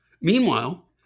Meanwhile